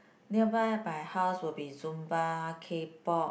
nearby my house would be Zumba K-pop